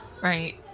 Right